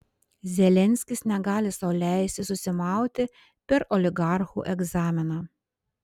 zelenskis negali sau leisti susimauti per oligarchų egzaminą